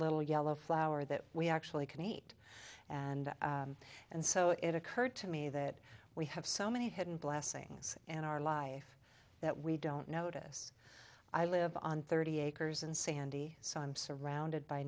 little yellow flower that we actually can eat and and so it occurred to me that we have so many hidden blessings in our life that we don't notice i live on thirty acres and sandy so i'm surrounded by